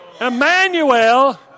Emmanuel